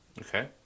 Okay